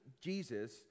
Jesus